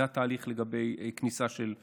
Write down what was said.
זה התהליך לגבי כניסה של עצירים.